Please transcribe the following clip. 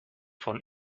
von